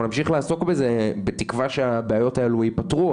נמשיך לעסוק בזה בתקווה שהבעיות האלה ייפתרו,